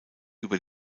über